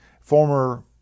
former